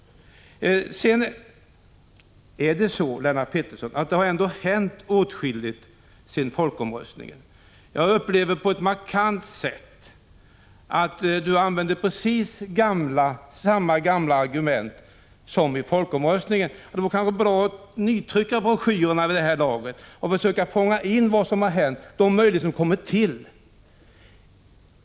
Det har faktiskt, Lennart Pettersson, hänt åtskilligt sedan folkomröstningen. Lennart Pettersson använder precis samma gamla argument som vid folkomröstningen. Det vore kanske bra att nytrycka broschyrerna nu och försöka fånga in vad som har hänt.